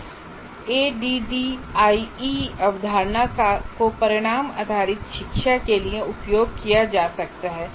इस ADDIE अवधारणा को परिणाम आधारित शिक्षा के लिए उपयोग किया जा सकता है